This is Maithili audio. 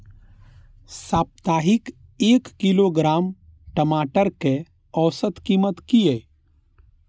साप्ताहिक एक किलोग्राम टमाटर कै औसत कीमत किए?